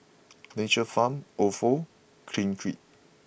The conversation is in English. Nature Farm Ofo Clinique